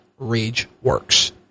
RageWorks